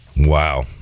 Wow